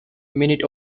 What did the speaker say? minute